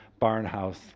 Barnhouse